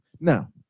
Now